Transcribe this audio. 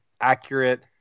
accurate